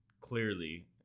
clearly